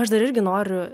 aš dar irgi noriu